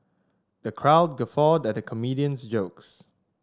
the crowd guffawed at the comedian's jokes